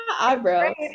eyebrows